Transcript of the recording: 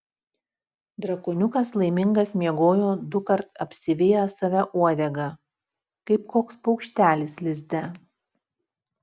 drakoniukas laimingas miegojo dukart apsivijęs save uodega kaip koks paukštelis lizde